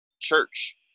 church